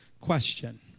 question